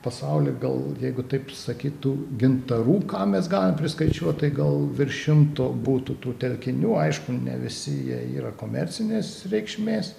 pasauly gal jeigu taip sakytų gintarų ką mes galim priskaičiuot tai gal virš šimto būtų tų telkinių aišku ne visi jie yra komercinės reikšmės